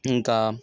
ఇంకా